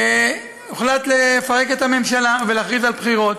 הוחלט לפרק את הממשלה ולהכריז על בחירות.